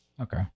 Okay